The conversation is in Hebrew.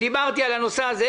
ודיברתי על הנושא הזה,